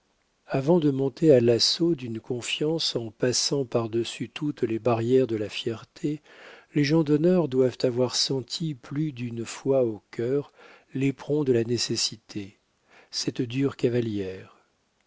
avant de monter à l'assaut d'une confiance en passant par dessus toutes les barrières de la fierté les gens d'honneur doivent avoir senti plus d'une fois au cœur l'éperon de la nécessité cette dure cavalière